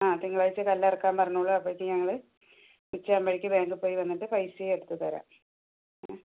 ആ തിങ്കളാഴ്ച കല്ലിറക്കാൻ പറഞ്ഞോളൂ അപ്പോഴേക്കും ഞങ്ങൾ ഉച്ചയാകുമ്പോഴേക്കും ബാങ്കിൽ പോയി വന്നിട്ട് പൈസയും എടുത്തു തരാം